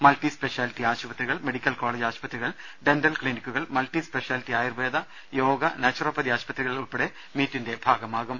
multi speciality ആശുപത്രികൾ medical college ആശുപത്രികൾ dental ക്ലിനിക്കുകൾ multi speciality Ayurveda yoga naturopathy ആശുപത്രികൾ ഉൾപ്പെടെ മീറ്റിന്റെ ഭാഗമാകും